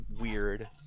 weird